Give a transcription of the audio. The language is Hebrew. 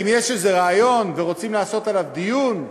אם יש איזה רעיון ורוצים לעשות עליו דיון,